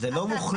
זה לא מוחלט.